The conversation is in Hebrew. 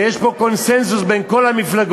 ויש פה קונסנזוס בין כל המפלגות,